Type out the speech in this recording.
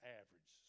average